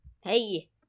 Hey